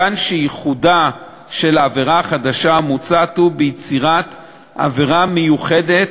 מכאן שייחודה של העבירה החדשה המוצעת הוא ביצירת עבירה מיוחדת,